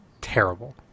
terrible